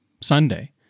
Sunday